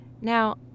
Now